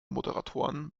moderatoren